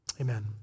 Amen